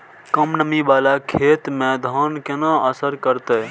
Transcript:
कम नमी वाला खेत में धान केना असर करते?